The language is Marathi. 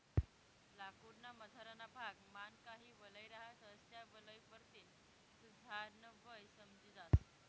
लाकूड ना मझारना भाग मान काही वलय रहातस त्या वलय वरतीन च झाड न वय समजी जास